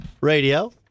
Radio